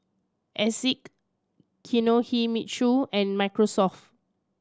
Asics Kinohimitsu and Microsoft